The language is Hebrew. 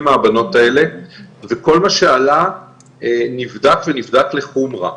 מהבנות האלה וכל מה שעלה נבדק ונבדק לחומרה.